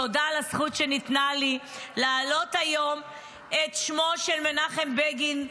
תודה על הזכות שניתנה לי להעלות היום את שמו של מנחם בגין,